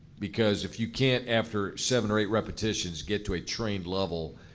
because if you can't, after seven or eight repetitions, get to a trained level,